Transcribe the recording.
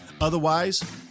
Otherwise